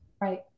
Right